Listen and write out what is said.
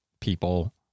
people